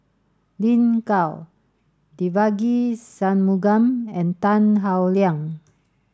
Lin Gao Devagi Sanmugam and Tan Howe Liang